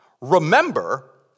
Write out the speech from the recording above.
Remember